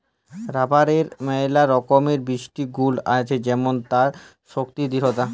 রাবারের ম্যালা রকমের বিশিষ্ট গুল আছে যেমল তার শক্তি দৃঢ়তা